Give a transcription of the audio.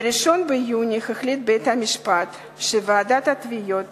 ב-1 ביוני החליט בית-המשפט שוועידת התביעות